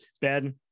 Ben